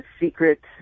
secret